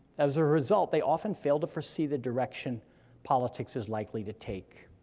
as a result, they often fail to foresee the direction politics is likely to take.